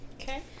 Okay